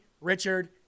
Richard